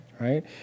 Right